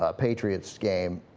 ah patriots game